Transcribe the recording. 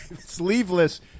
sleeveless